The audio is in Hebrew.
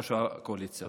כיושב-ראש הקואליציה.